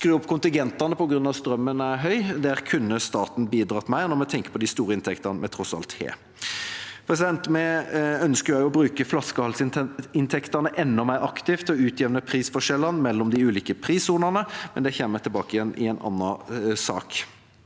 må skru opp kontingentene på grunn av at strømmen er høy. Der kunne staten bidratt mer når vi tenker på de store inntektene vi tross alt har. Vi ønsker også å bruke flaskehalsinntektene enda mer aktivt og utjevne prisforskjellene mellom de ulike prissonene, men det kommer jeg tilbake til i en annen sak.